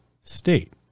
state